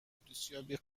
دوستیابی